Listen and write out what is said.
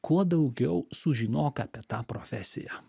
kuo daugiau sužinok apie tą profesiją